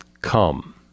come